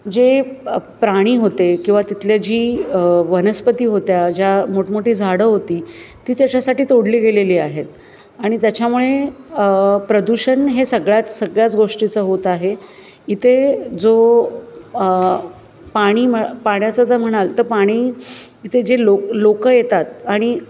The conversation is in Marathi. जे प्राणी होते किंवा तिथल्या जी वनस्पती होत्या ज्या मोठमोठी झाडं होती ती त्याच्यासाठी तोडली गेलेली आहेत आणि त्याच्यामुळे प्रदूषण हे सगळ्यात सगळ्याच गोष्टीचं होत आहे इथे जो पाणी मग पाण्याचं जर म्हणाल तर पाणी इथे जे लोक लोक येतात आणि